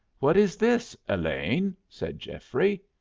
what is this, elaine? said geoffrey.